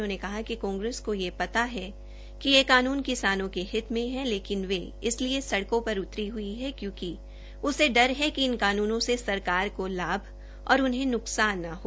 उन्होंने कहा कि कांग्रेस को यह पता ह कि ये कानून किसान के हित में ह लेकिन वह इस लिए सड़कों पर उतरी हई ह क्योंकि उसे डर ह कि इन कानूनों से सरकार को लाभ और उन्हें न्कसान न हो